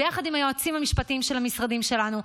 ביחד עם היועצים המשפטיים של המשרדים שלנו,